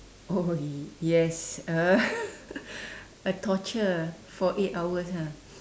oh yes uh a torture for eight hours ah